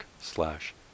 slash